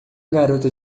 garota